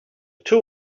two